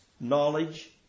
knowledge